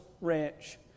ranch